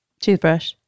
toothbrush